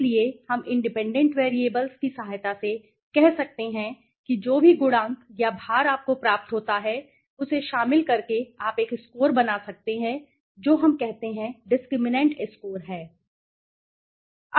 इसलिए हम independent variables की सहायता से कह सकते हैं कि जो भी गुणांक या भार आपको प्राप्त होता है उसे शामिल करके आप एक स्कोर बना सकते हैं जो हम कहते हैं डिस्क्रिमिनैंट स्कोर है